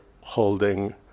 holding